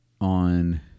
On